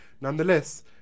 Nonetheless